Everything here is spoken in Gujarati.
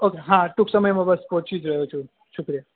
ઑકે હા ટૂંક સમયમાં બસ પહોંચી જ રહ્યો છું શુક્રિયા